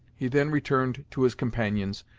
he then returned to his companions,